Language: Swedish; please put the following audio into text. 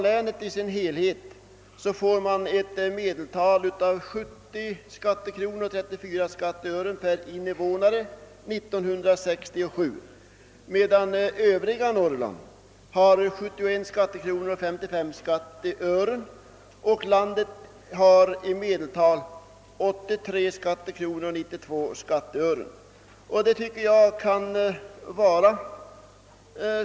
Länet i sin helhet hade i medeltal 70:34 skattekronor per invånare 1967 medan övriga Norrland hade 71:55 skattekronor. Hela landet hade i medeltal 83: 92 skattekronor.